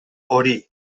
hori